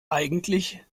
eigentlich